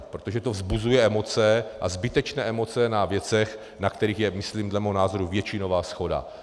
Protože to vzbuzuje emoce, a zbytečné emoce, na věcech, na kterých je dle mého názoru většinová shoda.